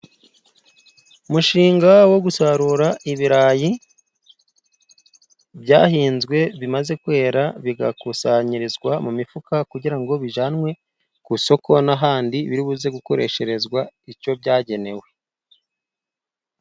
Umushinga wo gusarura ibirayi byahinzwe bimaze kwera bigakusanyirizwa mu mifuka, kugira ngo bijyanwe ku isoko n'ahandi biribuze gukoresherezwa icyo byagenewe.